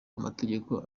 amategeko